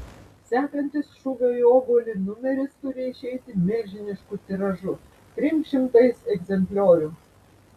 sekantis šūvio į obuolį numeris turi išeiti milžinišku tiražu trim šimtais egzempliorių